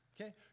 okay